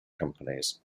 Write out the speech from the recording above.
companies